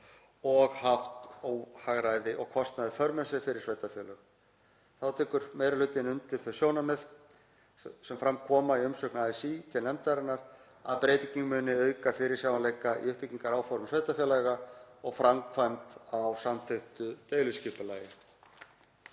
og haft óhagræði og kostnað í för með sér fyrir sveitarfélög. Þá tekur meiri hlutinn undir þau sjónarmið sem fram koma í umsögn ASÍ til nefndarinnar að breytingin muni auka fyrirsjáanleika í uppbyggingaráformum sveitarfélaga og framkvæmd á samþykktu deiliskipulagi.